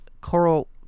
coral